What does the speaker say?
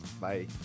bye